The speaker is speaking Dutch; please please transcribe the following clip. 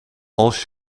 als